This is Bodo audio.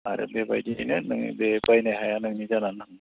आरो बेबायदियैनो नोङो बे बायनाय हाया नोंनि जानानै थांगोन